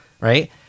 Right